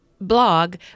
blog